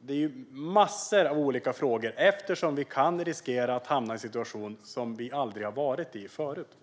Det är massor av olika frågor, eftersom vi kan riskera att hamna i en situation som vi aldrig har varit i förut.